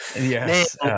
Yes